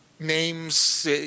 Names